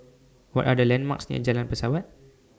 What Are The landmarks near Jalan Pesawat